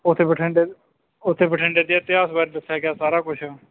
ਉੱਥੇ ਬਠਿੰਡੇ ਉੱਥੇ ਬਠਿੰਡੇ ਦੇ ਇਤਿਹਾਸ ਬਾਰੇ ਦੱਸਿਆ ਗਿਆ ਸਾਰਾ ਕੁਛ